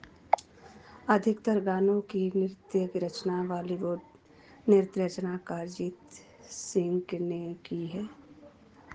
अधिकतर गानों की नृत्यक रचना बालीवुड नृत्य रचना अरिजीत सिंह ने की है